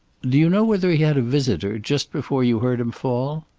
do you know whether he had a visitor, just before you heard him fall?